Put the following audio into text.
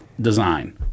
design